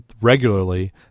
regularly